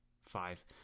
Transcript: five